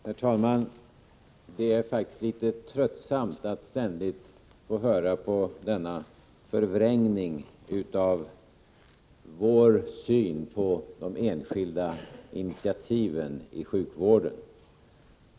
Herr talman! Det är faktiskt litet tröttsamt att ständigt få höra på denna förvrängning av vår syn på de enskilda initiativen inom sjukvården.